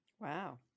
Wow